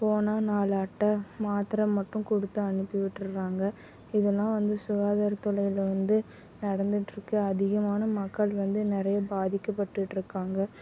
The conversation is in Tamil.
போனால் நாலு அட்டை மாத்திர மட்டும் கொடுத்து அனுப்பி விட்டுடுறாங்க இதல்லாம் வந்து சுகாதாரத்துறையில் வந்து நடந்துட்டுருக்கு அதிகமான மக்கள் வந்து நிறைய பாதிக்கப்பட்டுட்டிருக்காங்க